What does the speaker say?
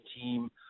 team